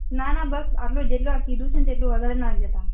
ના ના બસ આટલું જ જેટલું આ કીધું છે ને વધારે ના લેતા